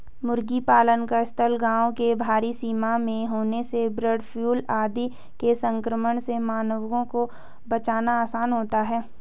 मुर्गी पालन का स्थल गाँव के बाहरी सीमा में होने से बर्डफ्लू आदि के संक्रमण से मानवों को बचाना आसान होता है